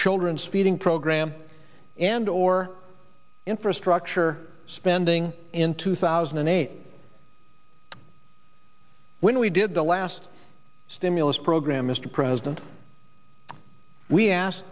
children's feeding program and or infrastructure spending in two thousand and eight when we did the last stimulus program mr president we ask